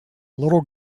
little